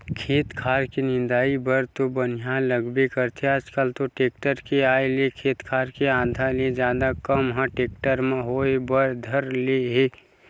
खेत खार के निंदई बर तो बनिहार लगबे करथे आजकल तो टेक्टर के आय ले खेत खार के आधा ले जादा काम ह टेक्टर म होय बर धर ले हे